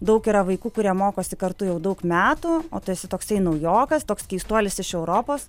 daug yra vaikų kurie mokosi kartu jau daug metų o tu esi toksai naujokas toks keistuolis iš europos